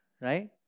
Right